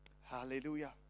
hallelujah